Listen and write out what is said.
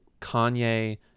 Kanye